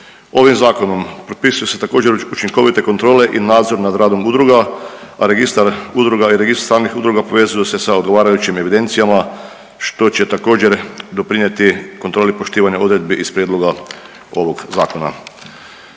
Ovim zakon propisuju se također učinkovite kontrole i nadzor nad radom udruga, a Registar udruga i registar samih udruga povezuju se sa odgovarajućim evidencijama što će također doprinijeti kontroli poštivanja odredbi iz prijedloga ovog zakona.